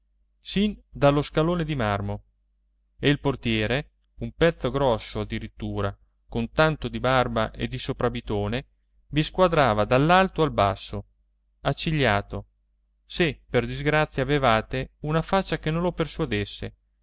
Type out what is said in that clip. sin dallo scalone di marmo e il portiere un pezzo grosso addirittura con tanto di barba e di soprabitone vi squadrava dall'alto al basso accigliato se per disgrazia avevate una faccia che non lo persuadesse